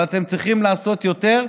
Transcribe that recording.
אבל אתם צריכים לעשות יותר,